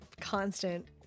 constant